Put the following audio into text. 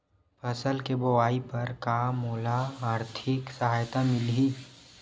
फसल के बोआई बर का मोला आर्थिक सहायता मिलही?